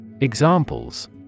Examples